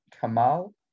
Kamal